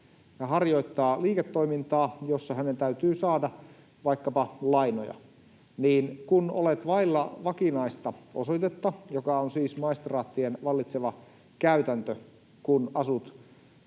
ja harjoittaa liiketoimintaa, jossa hänen täytyy saada vaikkapa lainoja, niin kun on vailla vakinaista osoitetta — ja tämä on siis maistraattien vallitseva käytäntö, kun asut